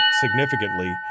significantly